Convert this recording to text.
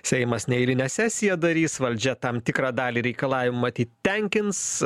seimas neeilinę sesiją darys valdžia tam tikrą dalį reikalavimų matyt tenkins